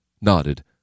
nodded